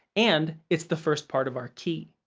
and it's the first part of our key.